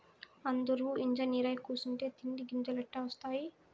అందురూ ఇంజనీరై కూసుంటే తిండి గింజలెట్టా ఒస్తాయి